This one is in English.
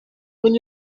when